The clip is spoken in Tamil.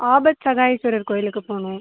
ஆபத்சகாயேஸ்வரர் கோயிலுக்கு போகணும்